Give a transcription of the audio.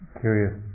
curious